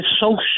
social